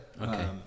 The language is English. okay